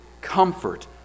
comfort